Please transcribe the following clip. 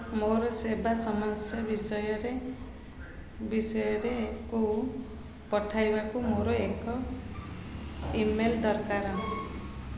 ମୋର ସେବା ସମସ୍ୟା ବିଷୟରେ ବିଷୟରେ ପଠାଇବାକୁ ମୋର ଏକ ଇ ମେଲ୍ ଦରକାର